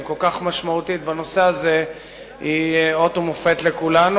כל כך משמעותית בנושא הזה היא אות ומופת לכולנו,